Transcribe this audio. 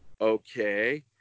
okay